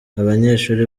abanyeshuri